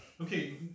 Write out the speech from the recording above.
Okay